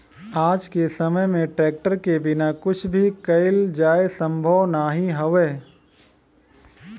आज के समय में ट्रेक्टर के बिना कुछ भी कईल जाये संभव नाही हउवे